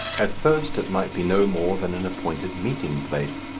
at first it might be no more than an appointed meeting place,